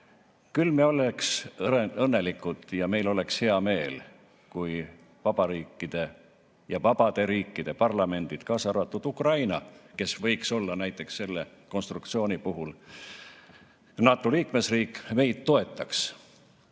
küll me oleks õnnelikud ja meil oleks hea meel, kui vabariikide ja vabade riikide parlamendid, kaasa arvatud Ukraina, kes võiks olla näiteks selle konstruktsiooni puhul NATO liikmesriik, meid toetaks.